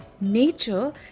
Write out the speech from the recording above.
Nature